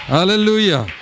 Hallelujah